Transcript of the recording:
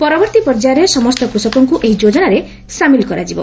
ପରବର୍ତ୍ତୀ ପର୍ଯ୍ୟାୟରେ ସମସ୍ତ କୃଷକଙ୍କୁ ଏହି ଯେଜାନାରେ ସାମିଲ୍ କରାଯିବ